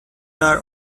are